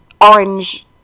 orange